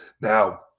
now